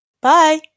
Bye